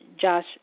Josh